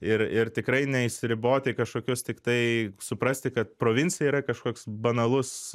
ir ir tikrai neišsiriboti į kažkokius tiktai suprasti kad provincija yra kažkoks banalus